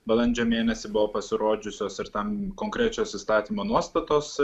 balandžio mėnesį buvo pasirodžiusios ir ten konkrečios įstatymo nuostatos